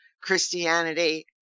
Christianity